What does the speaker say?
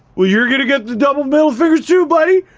well, you're gonna get the double middle fingers too, buddy.